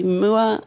mua